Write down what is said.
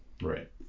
Right